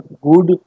good